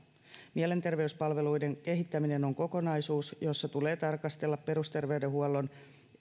mielenterveyspalveluiden kehittäminen on kokonaisuus jossa tulee tarkastella perusterveydenhuollon